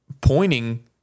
pointing